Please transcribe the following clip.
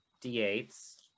d8s